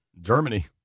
Germany